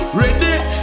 ready